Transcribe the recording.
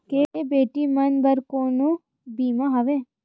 का बेटी मन बर कोनो बीमा हवय?